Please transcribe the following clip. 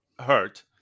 hurt